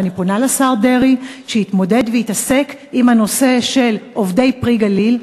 ואני פונה לשר דרעי שיתמודד ויתעסק עם הנושא של עובדי "פרי הגליל',